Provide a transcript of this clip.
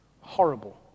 horrible